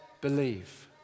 believe